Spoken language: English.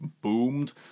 boomed